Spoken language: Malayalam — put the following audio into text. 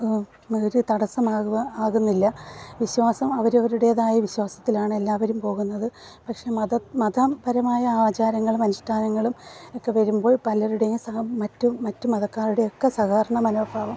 ഒരു തടസ്സമാകുന്നില്ല വിശ്വാസം അവരവരുടേതായ വിശ്വാസത്തിലാണ് എല്ലാവരും പോകുന്നത് പക്ഷെ മതം മതപരമായ ആചാരങ്ങളും അനുഷ്ഠാനങ്ങളും ഒക്കെ വരുമ്പോൾ പലരുടെയും മറ്റും മറ്റു മതക്കാരുടെ ഒക്കെ സഹകരണ മനോഭാവം